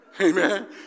Amen